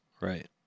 Right